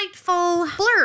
blurb